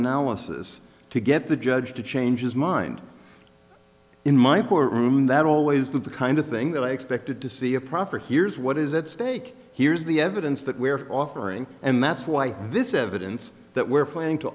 analysis to get the judge to change his mind in my poor room that always been the kind of thing that i expected to see a proper here's what is at stake here is the evidence that we're offering and that's why this evidence that we're planning to